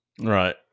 Right